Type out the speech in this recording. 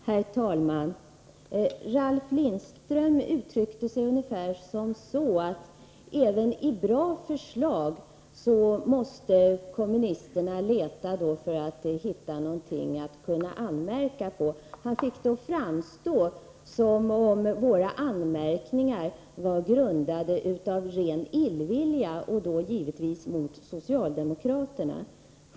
Herr talman! Ralf Lindström uttryckte sig ungefär som så, att även i bra förslag måste kommunisterna leta för att hitta någonting att anmärka på. Han fick det att framstå som om våra anmärkningar var grundade på ren illvilja och då givetvis mot socialdemokraterna.